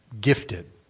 gifted